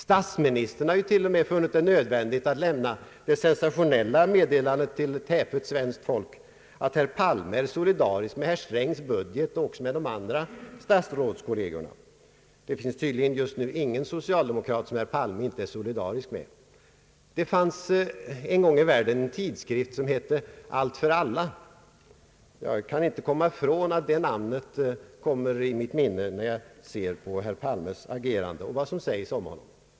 Statsministern har ju till och med funnit det nödvändigt att till ett häpet svenskt folk lämna det sensationella meddelandet att herr Palme är solidarisk med herr Strängs budget och också med de andra statsrådskollegerna. Det finns tydligen just nu ingen socialdemokrat som herr Palme inte är solidarisk med. Det fanns en gång i världen en tidskrift som hette Allt för Alla. Det är det namn jag kommer att tänka på när jag ser på herr Palmes agerande och vad som sägs om honom.